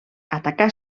atacar